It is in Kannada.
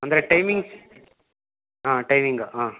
ಅಂದರೆ ಟೈಮಿಂಗ್ಸ್ ಹಾಂ ಟೈಮಿಂಗ ಹಾಂ